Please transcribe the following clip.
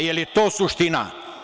Je li to suština?